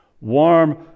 Warm